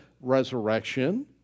resurrection